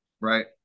right